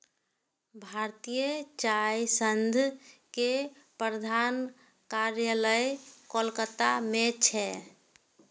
भारतीय चाय संघ के प्रधान कार्यालय कोलकाता मे छै